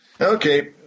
Okay